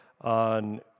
on